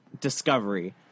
discovery